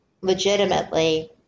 legitimately